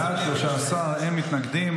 בעד, 13, אין מתנגדים.